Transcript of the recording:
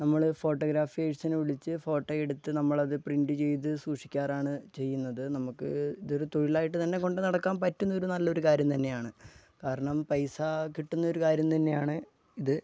നമ്മള് ഫോട്ടോഗ്രാഫേഴ്സിനെ വിളിച്ച് ഫോട്ടോ എടുത്ത് നമ്മളത് പ്രിൻറ് ചെയ്ത് സൂക്ഷിക്കാറാണ് ചെയ്യുന്നത് നമുക്ക് ഇതൊരു തൊഴിലായിട്ട് തന്നെ കൊണ്ട് നടക്കാൻ പറ്റുന്നൊരു നല്ലൊരു കാര്യം തന്നെയാണ് കാരണം പൈസ കിട്ടുന്നൊര് കാര്യം തന്നെയാണ് ഇത്